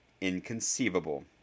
inconceivable